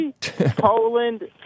Poland